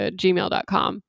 gmail.com